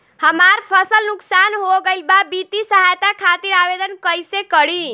हमार फसल नुकसान हो गईल बा वित्तिय सहायता खातिर आवेदन कइसे करी?